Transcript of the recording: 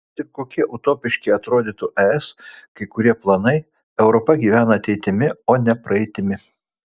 kad ir kokie utopiški atrodytų es kai kurie planai europa gyvena ateitimi o ne praeitimi